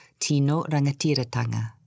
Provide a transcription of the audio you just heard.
Tino-Rangatiratanga